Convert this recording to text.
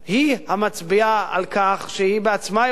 היא המצביעה על כך שהיא בעצמה יודעת,